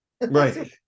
Right